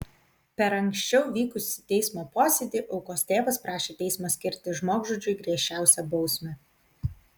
per anksčiau vykusį teismo posėdį aukos tėvas prašė teismo skirti žmogžudžiui griežčiausią bausmę